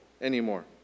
anymore